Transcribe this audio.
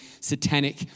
satanic